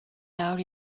lawr